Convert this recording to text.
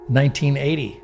1980